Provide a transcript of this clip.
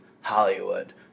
Hollywood